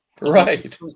Right